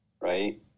right